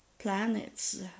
Planets